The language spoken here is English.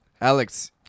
Alex